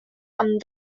amb